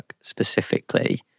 specifically